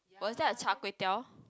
was that a Char-Kway-Teow